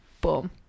boom